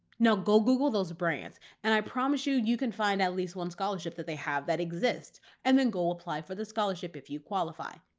no, go google those brands and i promise you, you can find at least one scholarship that they have that exist and then go apply for the scholarship if you qualify.